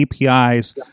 APIs